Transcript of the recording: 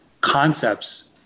concepts